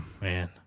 man